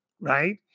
right